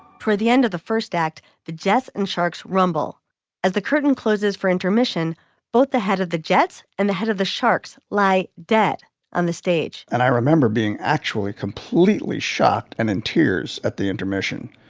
the end of the first act, the jets and sharks rumble as the curtain closes for intermission both the head of the jets and the head of the sharks lie dead on the stage and i remember being actually completely shocked and in tears at the intermission.